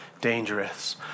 dangerous